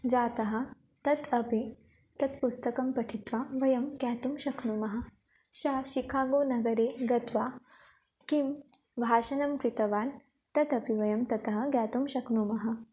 जातः तत् अपि तत् पुस्तकं पठित्वा वयं ज्ञातुं शक्नुमः शा शिकागोनगरे गत्वा किं भाषणं कृतवान् ततपि वयं ततः ज्ञातुं शक्नुमः